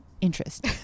interest